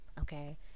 Okay